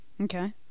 okay